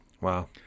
Wow